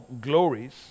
glories